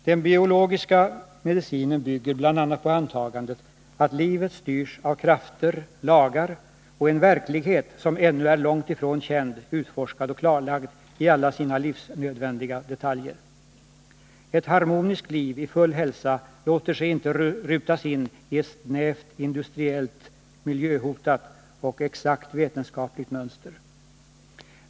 Den biologiska medicinen bygger bl.a. på antagandet att livet styrs av krafter, lagar och en verklighet som ännu är långt ifrån känd, utforskad och klarlagd i alla sina livsnödvändiga detaljer. Ett harmoniskt liv i full hälsa låter sig inte rutas in i ett snävt industriellt, miljöhotat och exakt vetenskapligt mönster.